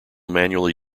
manually